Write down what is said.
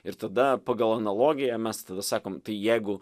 ir tada pagal analogiją mes tada sakom tai jeigu